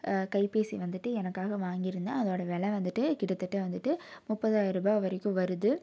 கைப்பேசி வந்துட்டு எனக்காக வாங்கிருந்தேன் அதோடய விலை வந்துட்டு கிட்டத்தட்ட வந்துட்டு முப்பதாயிருபாய் வரைக்கும் வருது